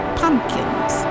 pumpkins